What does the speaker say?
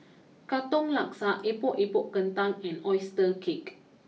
Katong Laksa Epok Epok Kentang and Oyster Cake